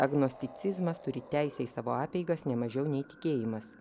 agnosticizmas turi teisę į savo apeigas ne mažiau nei tikėjimas